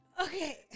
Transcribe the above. Okay